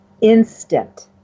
Instant